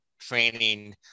training